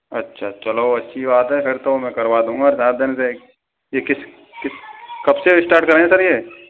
अच्छा चलो अच्छी बात है फिर तो मैं करवा दूंगा सात दिन से एक यह किस कब से स्टार्ट करेंगे सर यह